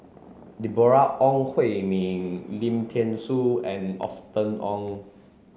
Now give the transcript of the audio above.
Deborah Ong Hui Min Lim Thean Soo and Austen Ong